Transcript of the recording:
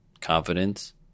Confidence